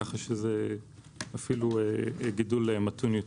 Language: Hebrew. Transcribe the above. כך, זה גידול מתון יותר.